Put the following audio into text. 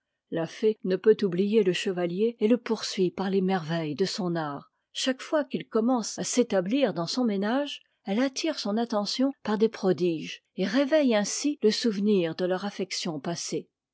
la fée ne peut oublier le chevalier et le poursuit par les merveilles de son art chaque fois qu'il commence à s'établir dans son ménage elle attire son attention par des prodiges et réveille ainsi le souvenir de leur affection passée